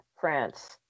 France